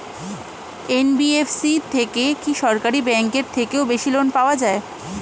NBFC থেকে কি সরকারি ব্যাংক এর থেকেও বেশি লোন পাওয়া যায়?